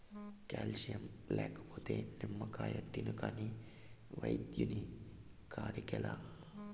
calcium లేకపోతే నిమ్మకాయ తిను కాని వైద్యుని కాడికేలా